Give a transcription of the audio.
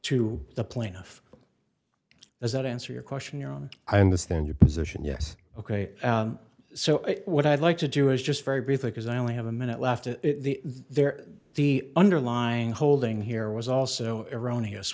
to the plaintiff does that answer your question you're on i understand your position yes ok so what i'd like to do is just very briefly because i only have a minute left there the underlying holding here was also erroneous